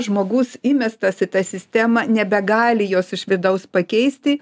žmogus įmestas į tą sistemą nebegali jos iš vidaus pakeisti